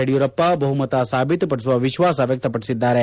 ಯಡಿಯೂರಪ್ಪ ಬಹುಮತ ಸಾಬೀತುಪಡಿಸುವ ವಿಶ್ವಾಸವ್ನಕ್ಷಪಡಿಸಿದ್ದಾರೆ